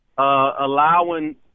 Allowing